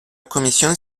commission